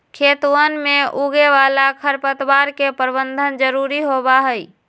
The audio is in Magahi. खेतवन में उगे वाला खरपतवार के प्रबंधन जरूरी होबा हई